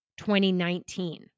2019